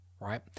right